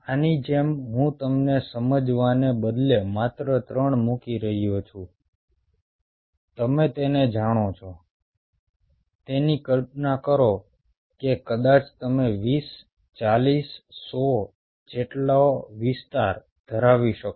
આની જેમ હું તમને સમજવાને બદલે માત્ર 3 મૂકી રહ્યો છું તમે તેને જાણો છો તેની કલ્પના કરો કે કદાચ તમે 20 40 100 જેટલો વિસ્તાર ધરાવી શકો